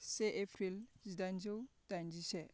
से एप्रिल जिदाइनजौ दाइनजिसे